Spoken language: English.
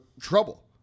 trouble